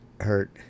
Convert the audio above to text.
hurt